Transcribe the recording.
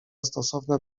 stosowne